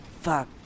Fuck